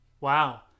wow